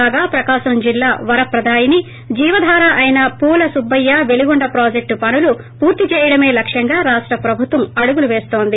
కాగా ప్రకాశం జిల్లా వరప్రదాయని జీవధార అయిన పూల సుబ్బయ్య పేలిగొండ ప్రాజెక్ష్ పనులు పూర్తి చేయడమే లక్ష్యంగా రాష్ట ప్రభుత్వం అడుగులోస్తోంది